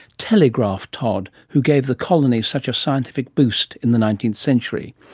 telegraph todd, who gave the colony such a scientific boost in the nineteenth century.